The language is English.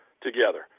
together